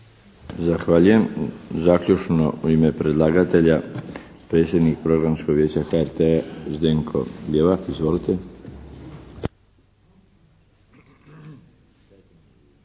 Zahvaljujem. Zaključno u ime predlagatelja predsjednik Programskog vijeća HRT-a Zdenko Ljevak. Izvolite.